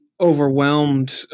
overwhelmed